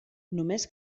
només